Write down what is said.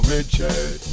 Richard